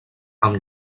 amb